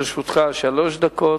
לרשותך שלוש דקות.